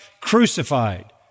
crucified